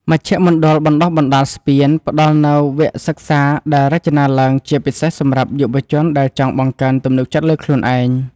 មជ្ឈមណ្ឌលបណ្ដុះបណ្ដាលស្ពាន ផ្ដល់នូវវគ្គសិក្សាដែលរចនាឡើងជាពិសេសសម្រាប់យុវជនដែលចង់បង្កើនទំនុកចិត្តលើខ្លួនឯង។